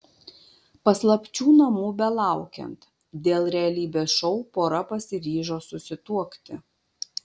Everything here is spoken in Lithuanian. paslapčių namų belaukiant dėl realybės šou pora pasiryžo susituokti